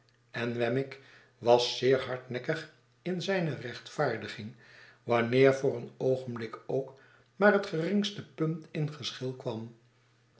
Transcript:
en wemmick was zeerhardnekkig in zijne rechtvaardiging wanneer voor een oogenblik ook maar het geringste punt in geschil kwam